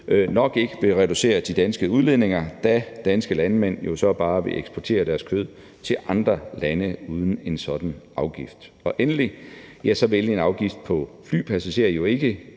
nok ikke vil reducere de danske udledninger, da danske landmænd jo så bare vil eksportere deres kød til andre lande uden en sådan afgift. Endelig vil en afgift for flypassagerer jo ikke